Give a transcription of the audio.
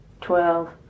twelve